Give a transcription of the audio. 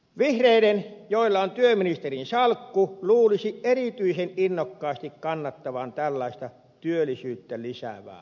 vihreiden joilla on työministerin salkku luulisi erityisen innokkaasti kannattavan tällaista työllisyyttä lisäävää hanketta